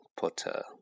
Potter